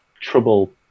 trouble